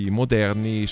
moderni